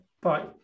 Bye